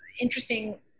interesting